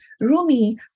Rumi